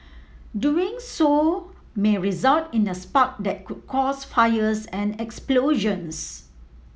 doing so may result in a spark that could cause fires and explosions